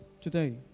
today